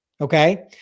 okay